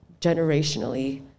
generationally